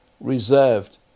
reserved